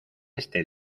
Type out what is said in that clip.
este